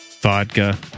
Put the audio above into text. vodka